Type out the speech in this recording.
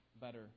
better